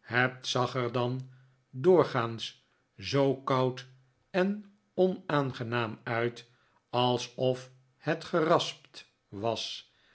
het zag er dan doorgaans zoo koud en onaangenaam uit alsof het geraspt was